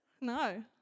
No